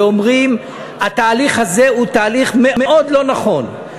ואומרים שהתהליך הזה הוא תהליך מאוד לא נכון.